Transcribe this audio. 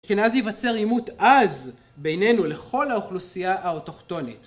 כן, אז ייווצר אימות עז בינינו לכל האוכלוסייה האוֹטוֹכְתּוֹנִית.